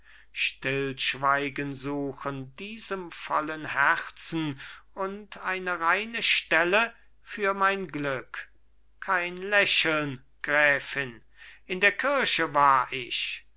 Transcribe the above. stillschweigen suchen diesem vollen herzen und eine reine stelle für mein glück kein lächeln gräfin in der kirche war ich